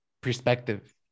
perspective